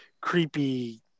creepy